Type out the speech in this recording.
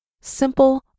simple